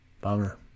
Bummer